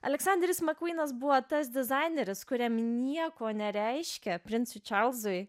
aleksanderis makūnas buvo tas dizaineris kuriam nieko nereiškia princui čarlzui